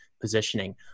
positioning